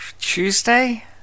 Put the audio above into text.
Tuesday